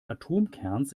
atomkerns